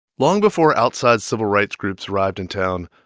long before outside civil rights groups arrived in town,